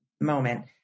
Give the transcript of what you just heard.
moment